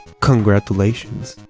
congratulations.